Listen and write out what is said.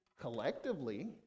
collectively